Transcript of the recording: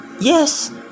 Yes